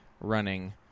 running